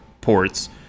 ports